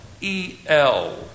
E-L